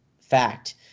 fact